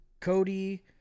Cody